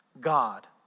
God